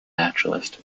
naturalist